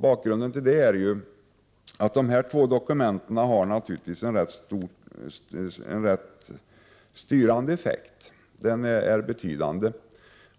Bakgrunden till det är att dessa två dokument har en styrande effekt som är betydande.